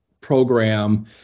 program